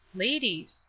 ladies!